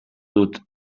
dut